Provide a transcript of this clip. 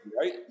right